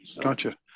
Gotcha